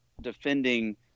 defending